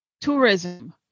tourism